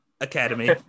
Academy